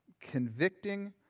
convicting